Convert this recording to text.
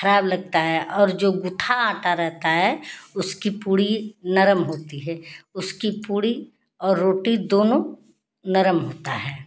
खराब लगता है और जो गूँथा आँटा रहता है उसकी पूरी नर्म होती है उसकी पूरी और रोटी दोनों नर्म होता है